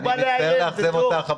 אני מצטער לאכזב אותך,